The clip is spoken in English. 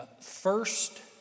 first